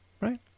right